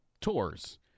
tours